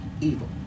evil